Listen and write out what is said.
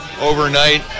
overnight